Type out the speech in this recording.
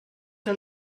que